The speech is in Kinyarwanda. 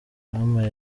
bampaye